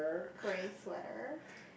grey sweater